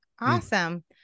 Awesome